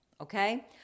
Okay